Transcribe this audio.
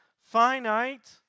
finite